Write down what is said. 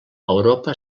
europa